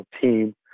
team